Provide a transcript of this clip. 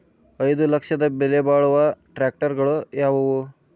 ಐದು ಲಕ್ಷದ ಬೆಲೆ ಬಾಳುವ ಟ್ರ್ಯಾಕ್ಟರಗಳು ಯಾವವು?